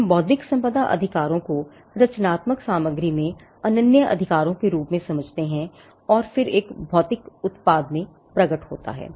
तो हम बौद्धिक संपदा अधिकारों को रचनात्मक सामग्री में अनन्य अधिकारों के रूप में समझते हैं फिर एक भौतिक उत्पाद में प्रकट होता है